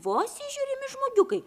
vos įžiūrimi žmogiukai